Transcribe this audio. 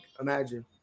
imagine